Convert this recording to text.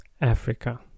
Africa